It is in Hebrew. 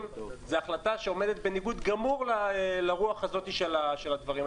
זו החלטה שעומדת בניגוד גמור לרוח הזאת של הדברים.